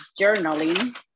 journaling